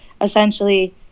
essentially